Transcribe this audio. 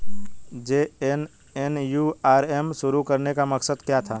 JNNURM शुरू करने का मकसद क्या था?